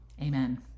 amen